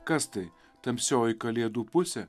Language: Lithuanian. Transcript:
kas tai tamsioji kalėdų pusė